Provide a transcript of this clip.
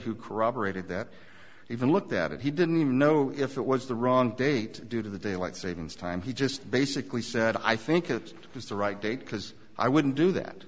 who corroborated that even looked at it he didn't even know if it was the wrong date due to the daylight savings time he just basically said i think it was the right date because i wouldn't do that